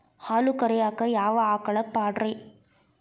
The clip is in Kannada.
ಹಾಲು ಕರಿಯಾಕ ಯಾವ ಆಕಳ ಪಾಡ್ರೇ?